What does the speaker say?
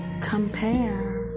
compare